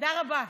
תודה רבה.